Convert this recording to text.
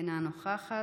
אינה נוכחת,